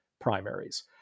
primaries